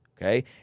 okay